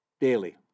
daily